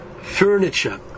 furniture